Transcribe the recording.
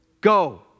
go